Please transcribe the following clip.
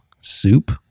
soup